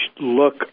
look